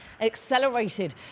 accelerated